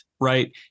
Right